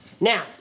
Now